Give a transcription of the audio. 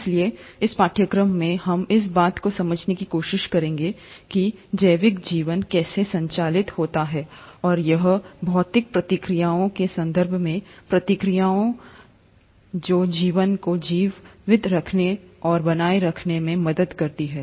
इसलिए इस पाठ्यक्रम में हम इस बात को समझने की कोशिश करेंगे कि जैविक जीवन कैसे संचालित होता है और यह भौतिक प्रतिक्रियाओं के संदर्भ में प्रतिक्रियाओं के संदर्भ में कैसा है जो जीवन को जीवित रखने और बनाए रखने में मदद करता है